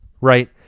right